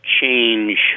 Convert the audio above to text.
change